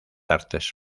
artes